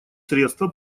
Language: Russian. средства